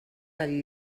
del